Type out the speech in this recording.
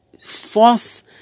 force